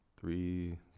three